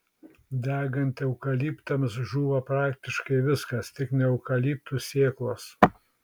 degant eukaliptams žūva praktiškai viskas tik ne eukaliptų sėklos